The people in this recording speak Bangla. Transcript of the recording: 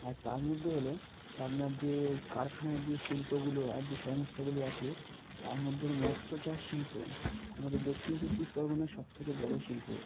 আর তার মধ্যে হলো আপনার যে কারখানার যে শিল্পগুলো আর যে সংস্থাগুলো আছে তার মধ্যে হলো মৎস্য চাষ শিল্প আমাদের দক্ষিণ চব্বিশ পরগনার সব থেকে বড়ো শিল্প